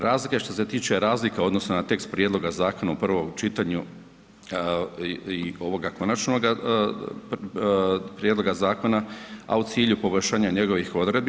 Razlika je što se tiče razlika u odnosu na tekst prijedloga zakona u prvom čitanju i ovoga konačnoga prijedloga zakona, a u cilju poboljšanja njegovih odredbi.